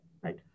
right